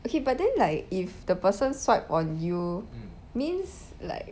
okay but then like if the person swipe on you means like